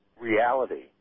reality